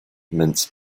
mince